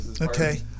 okay